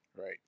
Right